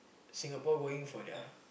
Singapore going for their